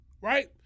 right